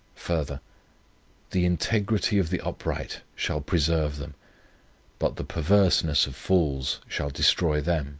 further the integrity of the upright shall preserve them but the perverseness of fools shall destroy them